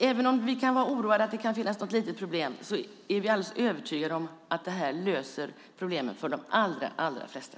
Även om det kan finnas något litet problem är vi övertygade om att detta löser problemen för de allra flesta.